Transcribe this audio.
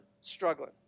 struggling